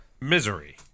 Misery